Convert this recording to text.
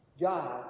God